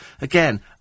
Again